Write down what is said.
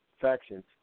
factions